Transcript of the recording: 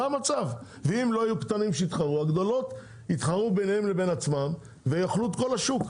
אם לא יהיו קטנים אז הגדולים יתחרו בינם לבין עצמם ויאכלו את כל השוק.